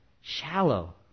Shallow